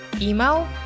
email